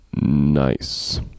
nice